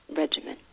regimen